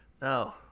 No